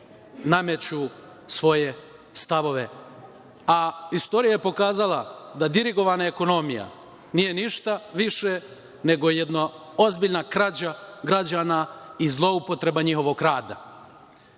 nameću svoje stavove. A, istorija je pokazala da dirigovana ekonomija nije ništa više nego jedna ozbiljna krađa građana i zloupotreba njihovog rada. Mi,